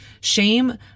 shame